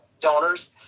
donors